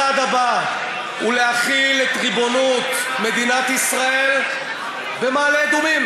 והצעד הבא הוא להחיל את ריבונות מדינת ישראל במעלה-אדומים.